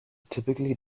typically